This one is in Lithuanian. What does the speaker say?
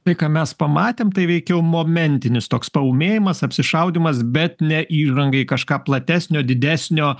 tai ką mes pamatėm tai veikiau momentinis toks paūmėjimas apsišaudymas bet ne įžanga į kažką platesnio didesnio